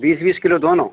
बीस बीस किलो दोनों